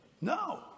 No